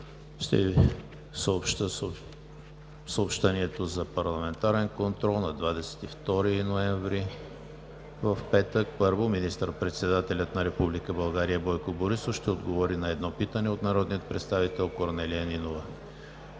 Ще направя съобщението за парламентарен контрол на 22 ноември 2019 г., петък: 1. Министър-председателят на Република България Бойко Борисов ще отговори на едно питане от народния представител Корнелия Нинова.